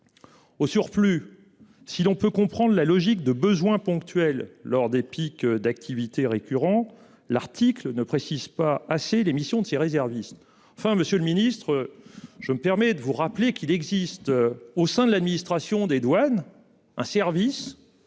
Au surplus. Si l'on peut comprendre la logique de besoins ponctuels lors des pics d'activité récurrents. L'article ne précise pas assez l'émission de ces réservistes enfin monsieur le ministre. Je me permets de vous rappeler qu'il existe au sein de l'administration des douanes. Un service.